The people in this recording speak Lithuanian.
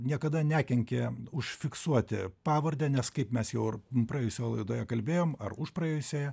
niekada nekenkė užfiksuoti pavardę nes kaip mes jau ir praėjusioje laidoje kalbėjom ar už praėjusioje